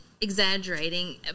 exaggerating